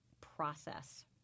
process